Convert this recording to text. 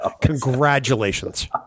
Congratulations